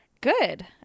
Good